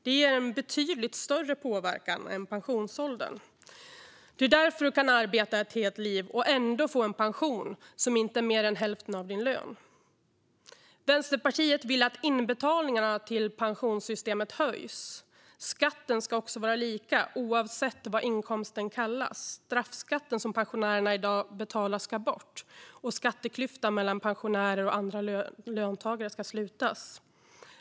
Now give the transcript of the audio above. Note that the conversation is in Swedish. Det har en betydligt större påverkan än pensionsåldern. Det är därför du kan arbeta ett helt liv och ändå få en pension som inte är mer än hälften av din lön. Vänsterpartiet vill att inbetalningarna till pensionssystemet höjs. Skatten ska också vara lika oavsett vad inkomsten kallas. Straffskatten som pensionärerna i dag betalar ska bort, och skatteklyftan mellan pensionärer och andra löntagare ska slutas.